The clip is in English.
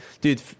dude